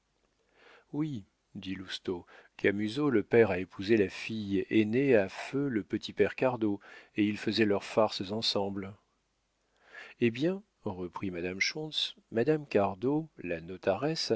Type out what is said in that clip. oui dit lousteau camusot le père a épousé la fille aînée à feu le petit père cardot et ils faisaient leurs farces ensemble eh bien reprit madame schontz madame cardot la